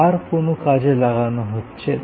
আর কোনো কাজে লাগানো হচ্ছে না